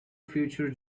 future